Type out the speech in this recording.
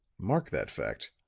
mark that fact.